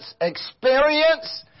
experience